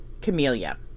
Camellia